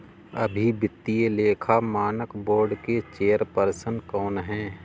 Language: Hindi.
अभी वित्तीय लेखा मानक बोर्ड के चेयरपर्सन कौन हैं?